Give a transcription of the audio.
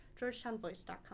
georgetownvoice.com